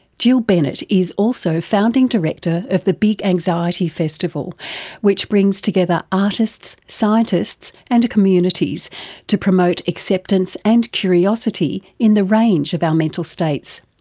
jill bennett is also founding director of the big anxiety festival which brings together artists, scientists and communities to promote acceptance and curiosity in the range of our mental states.